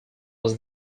was